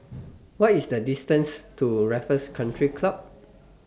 What IS The distance to Raffles Country Club